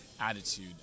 attitude